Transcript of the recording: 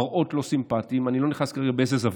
מראות לא סימפטיים, אני לא נכנס כרגע באיזו זווית,